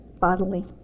bodily